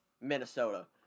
Minnesota